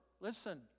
Listen